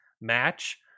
match